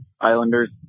Islanders